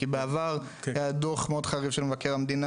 כי בעבר היה דוח מאוד חריף של מבקר המדינה,